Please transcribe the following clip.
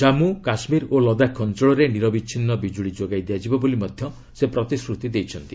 ଜାମ୍ମୁ କାଶ୍କୀର ଓ ଲଦାଖ୍ ଅଞ୍ଚଳରେ ନିରବଚ୍ଛିନ୍ନ ବିଜୁଳି ଯୋଗାଇ ଦିଆଯିବ ବୋଲି ମଧ୍ୟ ସେ ପ୍ରତିଶ୍ରତି ଦେଇଛନ୍ତି